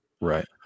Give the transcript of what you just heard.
Right